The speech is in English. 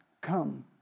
come